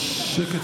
לסיעה,